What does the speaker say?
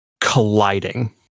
colliding